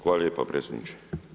Hvala lijepa predsjedniče.